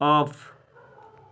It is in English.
off